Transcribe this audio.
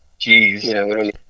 Jeez